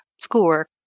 schoolwork